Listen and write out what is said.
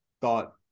thought